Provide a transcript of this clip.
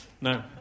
No